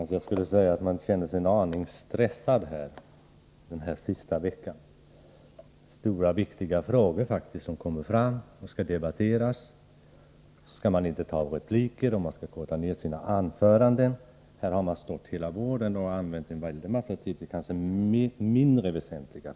Herr talman! Man känner sig en aning stressad den sista veckan. Det är stora, viktiga frågor som skall debatteras. Ändå skall man inte begära repliker, och man skall korta ner sina anföranden. Här har ledamöter stått hela våren och använt en väldig massa tid till frågor som kanske varit mindre väsentliga.